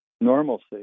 normalcy